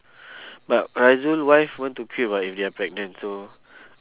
but azul wife want to quit what if they are pregnant so